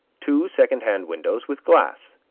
two second-hand windows with glass.